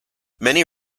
many